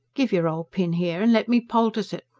give your old pin here and let me poultice it.